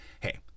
hey